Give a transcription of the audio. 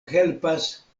helpas